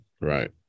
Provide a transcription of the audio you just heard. right